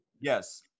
Yes